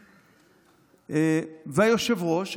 והיושב-ראש,